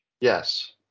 Yes